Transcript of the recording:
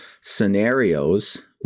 scenarios